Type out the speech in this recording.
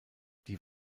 die